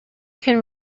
can